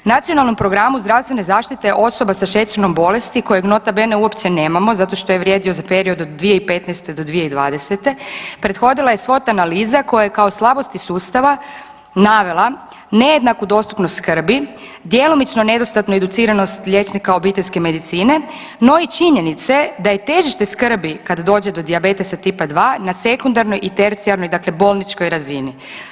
Nacionalnom programu zdravstvene zaštite osoba sa šećernom bolesti kojeg nota bene uopće nemamo zato što je vrijedio za period od 2015. do 2020., prethodila je SWOT analiza koja je kao slabosti sustava navela nejednaku dostupnost skrbi, djelomičnu nedostatnu educiranost liječnika obiteljske medicine, no i činjenice da je težište skrbi kad dođe do dijabetesa Tipa 2 na sekundarnoj i tercijarnoj dakle bolničkoj razini.